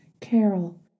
Carol